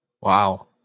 wow